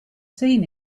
seen